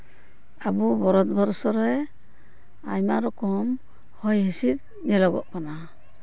ᱟᱵᱚ ᱵᱷᱟᱨᱚᱛ ᱵᱚᱨᱥᱚ ᱨᱮ ᱟᱭᱢᱟ ᱨᱚᱠᱚᱢ ᱦᱚᱭ ᱦᱤᱸᱥᱤᱫ ᱧᱮᱞᱚᱜᱚᱜ ᱠᱟᱱᱟ